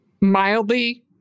mildly